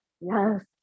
Yes